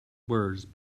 words